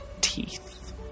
teeth